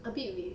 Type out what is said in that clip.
a bit with